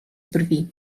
brwi